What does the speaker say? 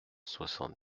soixante